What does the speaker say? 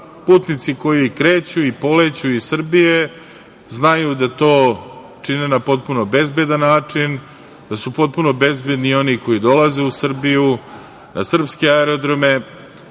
putnici koji kreću i poleću iz Srbije znaju da to čine na potpuno bezbedan način, da su potpuno bezbedni i oni koji dolaze u Srbiju, na srpske aerodrome,